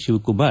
Shivakumar